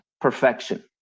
Perfection